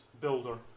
builder